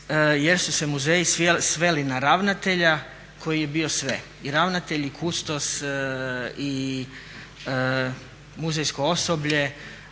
jer su se muzeji sveli na ravnatelja koji je bio sve i ravnatelj i kustos i muzejsko osoblje